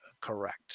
correct